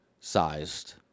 Sized